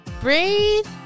breathe